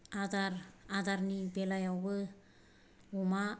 आदार आदारनि बेलायावबो अमा